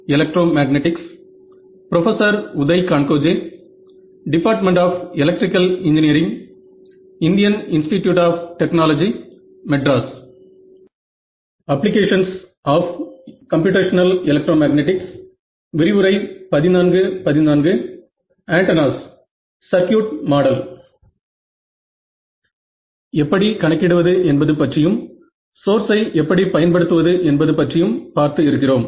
எப்படி கணக்கிடுவது என்பது பற்றியும் சோர்ஸை எப்படி பயன்படுத்துவது என்பது பற்றியும் பார்த்து இருக்கிறோம்